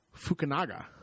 Fukunaga